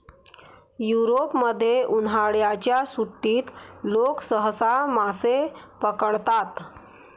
युरोपमध्ये, उन्हाळ्याच्या सुट्टीत लोक सहसा मासे पकडतात